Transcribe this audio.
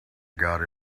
got